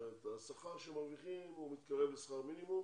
השכר שהם מרוויחים מתקרב לשכר מינימום,